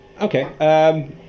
Okay